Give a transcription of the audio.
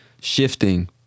Shifting